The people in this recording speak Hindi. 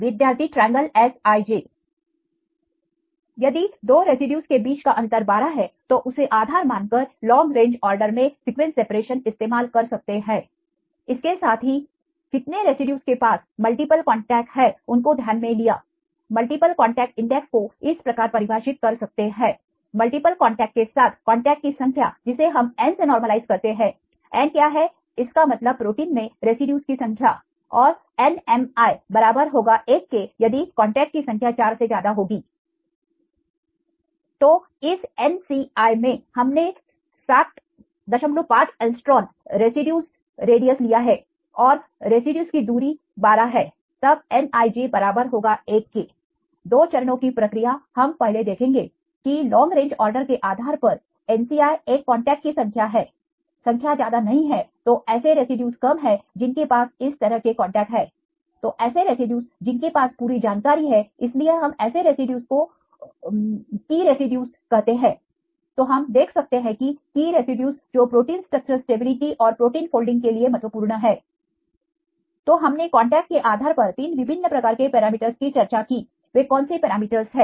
विद्यार्थी ΔSij यदि दो रेसिड्यूज के बीच का अंतर 12 है तो उसे आधार मानकर लॉन्ग रेंज ऑर्डर में सीक्वेंस सेपरेशन इस्तेमाल कर सकते हैं इसके साथ ही इसके साथकितने रेसिड्यूज के पास मल्टीपल कांटेक्ट है उनको ध्यान में लिया मल्टीपल कांटेक्ट इंडेक्स को इस प्रकार परिभाषित कर सकते हैं मल्टीपल कांटेक्ट के साथ कांटेक्टस की संख्या जिसे हम n से नॉर्मलlइज करते हैं n क्या है इसका मतलब प्रोटीन में रेसिड्यूज की संख्या और nmi बराबर होगा एक के यदि कांटेक्टस की संख्या 4 से ज्यादा होगी तो इस nci में हमने 75 Å रेसिड्यूज रेडियसresidues radius लिया है और रेसिड्यूज की दूरी है 12 तब nij बराबर होगा एक के दो चरणों की प्रक्रिया हम पहले देखेंगे की लॉन्ग रेंज आर्डर के आधार पर nci एक कांटेक्टस की संख्या है संख्या ज्यादा नहीं है तो ऐसे रेसिड्यूज कम है जिनके पास इस तरह के कांटेक्ट है तो ऐसे रेसिड्यूज जिनके पास पूरी जानकारी है इसलिए हम ऐसे रेसिड्यूज को कीरेसिड्यूज कहते है तो हम देख सकते हैं कि कीरेसिड्यूज जो प्रोटीन स्ट्रक्चर स्टेबिलिटी और प्रोटीन फोल्डिंग के लिए महत्वपूर्ण है तो हमने कांटेक्ट के आधार पर तीन विभिन्न प्रकार के पैरामीटरस की चर्चा की वे कौन से पैरामीटर्स है